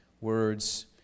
words